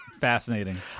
Fascinating